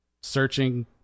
searching